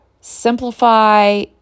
simplify